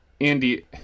Andy